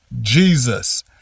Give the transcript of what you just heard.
Jesus